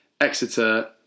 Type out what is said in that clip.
Exeter